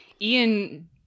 Ian